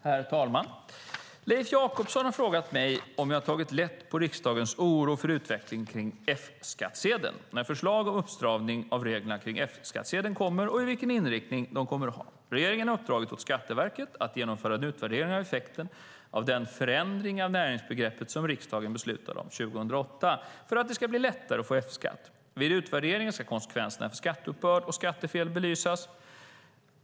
Herr talman! Leif Jakobsson har frågat mig om jag tagit lätt på riksdagens oro över utvecklingen kring F-skatten, när förslag om uppstramning av reglerna kring F-skattsedeln kommer och vilken inriktning de kommer att ha. Regeringen har uppdragit åt Skatteverket att genomföra en utvärdering av effekten av den förändring av näringsbegreppet som riksdagen beslutade 2008 för att det skulle bli lättare att få F-skatt. Vid utvärderingen ska konsekvenserna för skatteuppbörd och skattefel belysas.